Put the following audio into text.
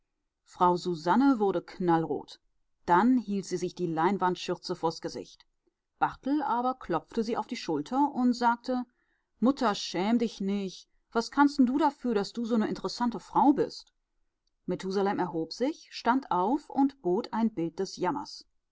frau susanne wurde knallrot dann hielt sie sich die leinwandschürze vors gesicht barthel aber klopfte sie auf die schulter und sagte mutter schäm dich nich was kannst du dafür daß du so ne interessante frau bist methusalem erholte sich stand auf und bot ein bild des jammers